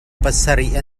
pasarih